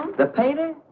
the payday.